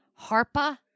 Harpa